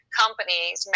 companies